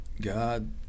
God